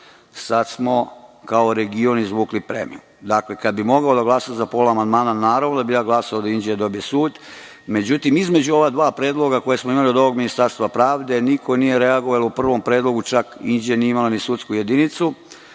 sad smo kao region izvukli premiju. Dakle, kada bi mogao da glasam za pola amandmana, naravno da bih dao glas da Inđija dobije sud. Međutim, između ova dva predloga koja smo imali od Ministarstva pravde niko nije reagovao, a u prvom predlogu čak Inđija nije imala ni sudsku jedinicu,